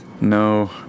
no